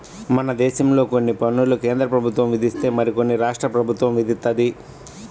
మనదేశంలో కొన్ని పన్నులు కేంద్రప్రభుత్వం విధిస్తే మరికొన్ని రాష్ట్ర ప్రభుత్వం విధిత్తది